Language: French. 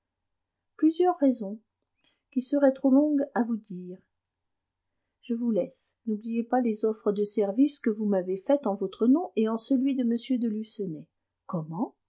plusieurs raisons qui seraient trop longues à vous dire je vous laisse n'oubliez pas les offres de service que vous m'avez faites en votre nom et en celui de m de lucenay comment